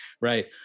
right